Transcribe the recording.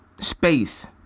space